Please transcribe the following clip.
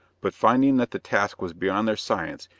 but finding that the task was beyond their science,